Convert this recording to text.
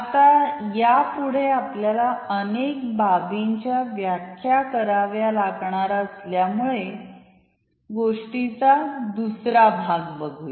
आता यापुढे आपल्याला अनेक बाबींच्या व्याख्या कराव्या लागणार असल्यामुळे गोष्टीचा दुसरा भाग बघूया